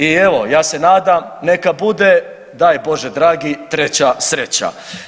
I evo ja se nadam neka bude, daj Bože dragi treća sreća.